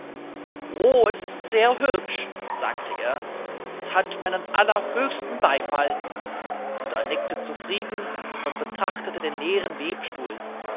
o es ist sehr hübsch sagte er es hat meinen allerhöchsten beifall und er nickte zufrieden und betrachtete den leeren webstuhl